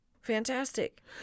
Fantastic